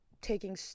taking